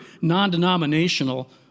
non-denominational